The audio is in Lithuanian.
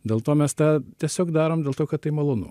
dėl to mes tą tiesiog darom dėl to kad tai malonu